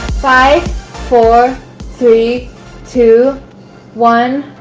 five four three two one